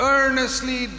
Earnestly